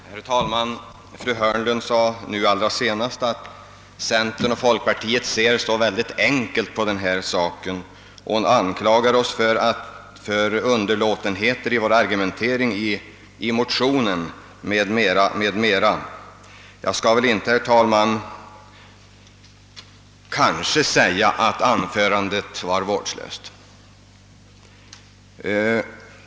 Herr talman! Fru Hörnlund sade nu senast att centern och folkpartiet ser så enkelt på denna sak. Hon anklagar oss för underlåtenheter i vår argumentering i motionen, m.m. Jag skall kanske inte, herr talman, säga att anförandet var vårdslöst.